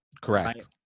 Correct